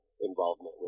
involvement